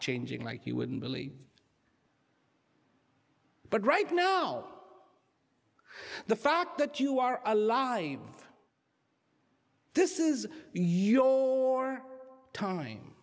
changing like you wouldn't believe but right now the fact that you are alive this is your time